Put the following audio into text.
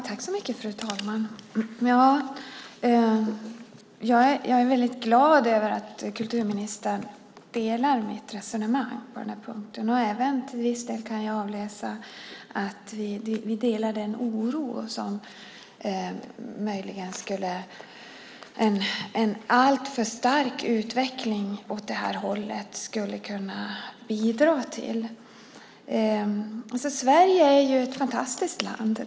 Fru talman! Jag är väldigt glad över att kulturministern delar mitt resonemang på den här punkten. Jag kan även till viss del avläsa att vi delar den oro som möjligen en alltför stark utveckling åt det här hållet skulle kunna bidra till. Sverige är ett fantastiskt land.